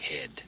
head